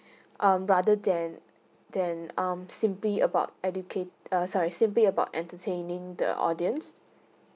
um rather than than um simply about educate err sorry simply about entertaining the audience